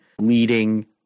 leading